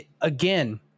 again